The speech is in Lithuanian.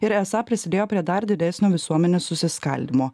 ir esą prisidėjo prie dar didesnio visuomenės susiskaldymo